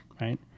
right